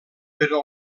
però